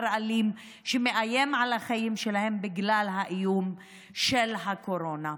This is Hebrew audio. אלים שמאיים על החיים שלהן בגלל האיום של הקורונה.